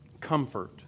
comfort